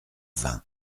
vint